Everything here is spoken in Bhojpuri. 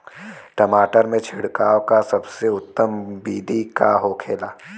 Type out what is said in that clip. टमाटर में छिड़काव का सबसे उत्तम बिदी का होखेला?